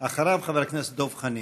אחריו, חבר הכנסת דב חנין.